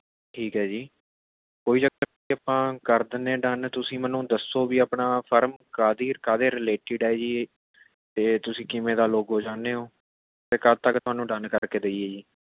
ਠੀਕ ਹੈ ਜੀ ਕੋਈ ਚੱਕਰ ਆਪਾਂ ਕਰ ਦਿੰਦੇ ਹਾਂ ਡਨ ਤੁਸੀਂ ਮੈਨੂੰ ਦੱਸੋ ਵੀ ਆਪਣਾ ਫ਼ਰਮ ਕਾਹਦੀ ਕਾਹਦੇ ਰੀਲੇਟਿਡ ਹੈ ਜੀ ਅਤੇ ਤੁਸੀਂ ਕਿਵੇਂ ਦਾ ਲੋਗੋ ਚਾਹੁੰਦੇ ਹੋ ਅਤੇ ਕਦ ਤੱਕ ਤੁਹਾਨੂੰ ਡਨ ਕਰਕੇ ਦੇਈਏ ਜੀ